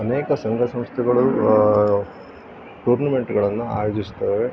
ಅನೇಕ ಸಂಘ ಸಂಸ್ಥೆಗಳು ಟೂರ್ನಮೆಂಟ್ಗಳನ್ನು ಆಯೋಜಿಸ್ತವೆ